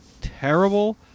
terrible